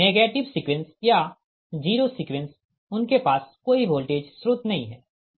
negative sequence या zero sequence उनके पास कोई वोल्टेज स्रोत नहीं है